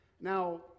Now